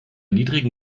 niedrigen